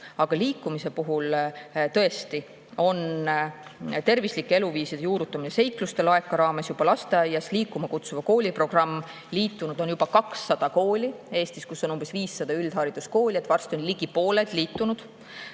Aga liikumise puhul toimub tervislike eluviiside juurutamine Seikluste Laeka raames tõesti juba lasteaias. Liikuma Kutsuva Kooli programmiga on liitunud juba 200 kooli Eestis. Meil on umbes 500 üldhariduskooli, nii et varsti on ligi pooled liitunud.